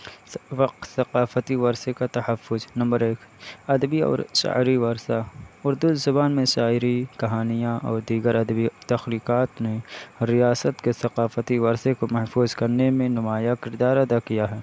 ثقافتی ورثے کا تحفظ نمبر ایک ادبی اور شاعری ورثہ اردو زبان میں شاعری کہانیاں اور دیگر ادبی تخلیقات نے ریاست کے ثقافتی ورثے کو محفوظ کرنے میں نمایاں کردار ادا کیا ہے